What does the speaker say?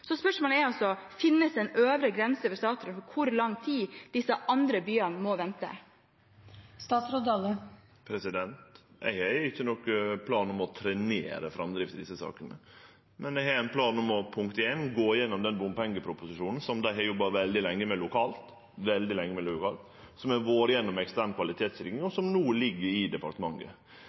Spørsmålet er altså om det finnes en øvre grense for statsråden for hvor lenge disse andre byene må vente. Eg har ikkje nokon planar om å trenere framdrifta på desse sakene, men eg har ein plan om å gå gjennom bompengeproposisjonen, som dei har jobba veldig lenge med lokalt, som har vore gjennom ekstern kvalitetssikring, og som no ligg i departementet.